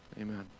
Amen